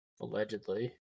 Allegedly